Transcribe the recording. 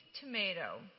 tomato